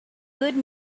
good